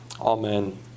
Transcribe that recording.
Amen